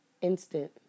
instant